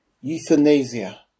Euthanasia